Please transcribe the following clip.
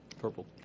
Purple